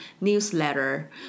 newsletter